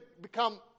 become